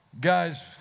guys